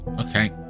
Okay